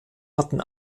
hatten